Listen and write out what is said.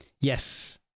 Yes